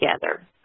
together